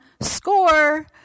Score